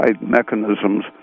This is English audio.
mechanisms